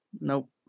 Nope